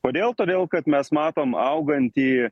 kodėl todėl kad mes matome augantį